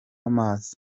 amazi